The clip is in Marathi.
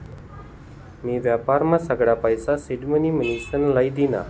मी व्यापारमा सगळा पैसा सिडमनी म्हनीसन लई दीना